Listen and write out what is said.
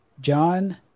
John